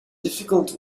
difficult